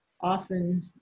often